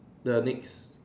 the next